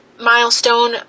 milestone